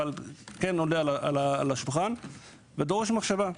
אבל כן עומד על השולחן שלי ודורש מחשבה.